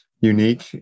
unique